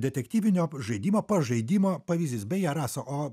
detektyvinio žaidimo pažaidimo pavyzdys beje rasa o